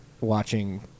watching